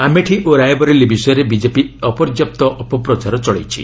ଆମେଠି ଓ ରାୟବରେଲି ବିଷୟରେ ବିଜେପି ଅପର୍ଯ୍ୟାପ୍ତ ଅପପ୍ରଚାର ଚଳାଇଛି